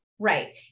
Right